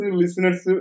listeners